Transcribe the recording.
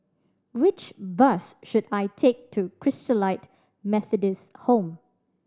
which bus should I take to Christalite Methodist Home